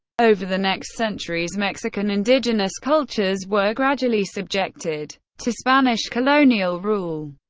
over the next centuries mexican indigenous cultures were gradually subjected to spanish colonial rule.